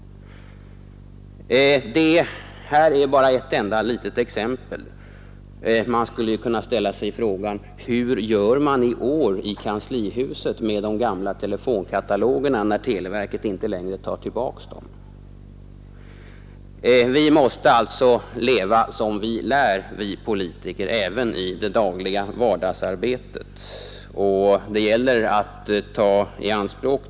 Bara ett enda litet exempel: Hur gör man i år i kanslihuset med de gamla telefonkatalogerna när televerket inte längre tar tillbaka dem? Vi måste leva som vi lär, vi politiker, även i vardagsarbetet.